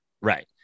Right